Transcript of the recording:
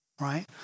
right